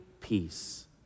peace